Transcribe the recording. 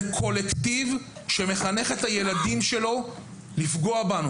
זה קולקטיב שמחנך את הילדים שלו לפגוע בנו